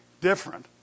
different